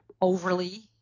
overly